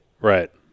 Right